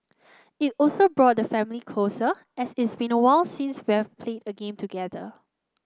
it also brought the family closer as it's been awhile since we've played a game together